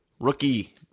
rookie